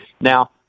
Now